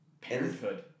Parenthood